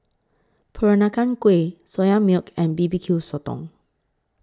Peranakan Kueh Soya Milk and B B Q Sotong